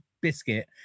biscuit